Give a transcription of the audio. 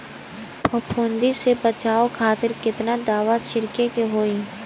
फाफूंदी से बचाव खातिर केतना दावा छीड़के के होई?